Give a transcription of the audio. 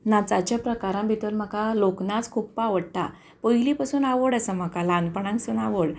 नाचाच्या प्रकारां भितर म्हाका लोकनाच खुप्प आवडटा पयलीं पासून आवड आसा म्हाका ल्हानपणानसून आवड